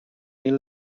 mil